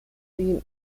sie